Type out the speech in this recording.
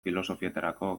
filosofietarako